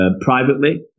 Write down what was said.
privately